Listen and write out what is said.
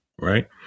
right